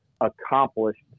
accomplished